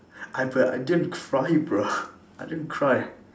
I but I didn't cry bruh I didn't cry